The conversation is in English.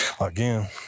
Again